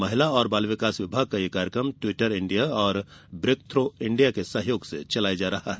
महिला और बाल विकास विभाग का यह कार्यक्रम ट्वीटर इंडिया और ब्रेकथ्रो इंडिया के सहयोग से चलाया जा रहा है